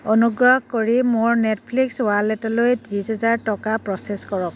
অনুগ্ৰহ কৰি মোৰ নেটফ্লিক্স ৱালেটলৈ ত্ৰিছ হেজাৰ টকা প্ৰ'চেছ কৰক